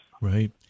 Right